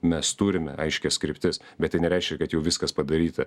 mes turime aiškias kryptis bet tai nereiškia kad jau viskas padaryta